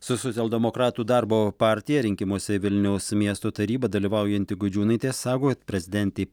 su socialdemokratų darbo partija rinkimuose į vilniaus miesto tarybą dalyvaujanti gudžiūnaitė sako kad prezidentei